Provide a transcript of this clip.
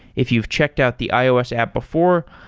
if you've checked out the ios app before,